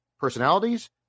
personalities